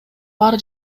баары